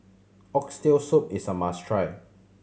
Oxtail Soup is a must try